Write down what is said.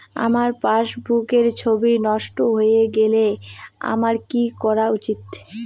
আমার পাসবুকের ছবি নষ্ট হয়ে গেলে আমার কী করা উচিৎ?